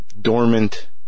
dormant